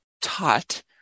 taught